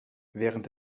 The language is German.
während